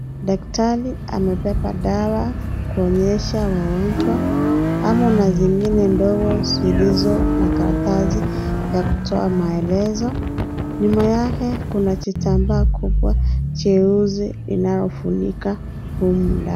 Daktari amebeba dawa kuwaonyesha wagonjwa wamo na zingine ndogo zilizo na karatasi ya kutoa maelezo nyuma yake kuna kitambaa kubwa jeusi inayofunika humu ndani.